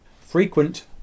Frequent